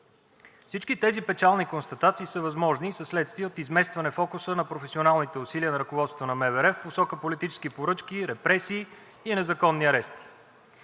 Всички тези печални констатации са възможни и са следствие от изместване фокуса на професионалните усилия на ръководството на МВР в посока политически поръчки, репресии и незаконни арести.